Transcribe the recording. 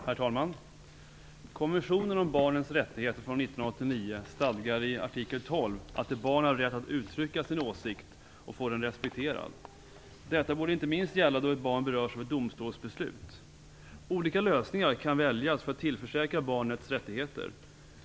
Herr talman! Konventionen om barnets rättigheter från år 1989 stadgar i artikel 12 att barn har rätt att uttrycka sin åsikt och få den respekterad. Detta borde inte minst gälla då ett barn berörs av ett domstolsbeslut. Olika lösningar kan väljas för att tillförsäkra barnet rättigheter.